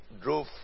drove